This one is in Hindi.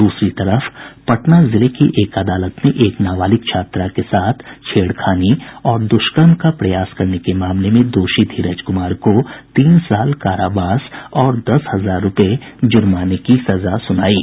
दूसरी तरफ पटना जिले की एक अदालत ने एक नाबालिग छात्रा के साथ छेड़खानी और दुष्कर्म का प्रयास करने के मामले में दोषी धीरज कुमार को तीन वर्ष कारावास और दस हजार रूपये जुर्माने की सजा सुनाई है